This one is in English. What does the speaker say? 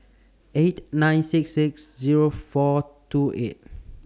eight nine six six Zero four two eight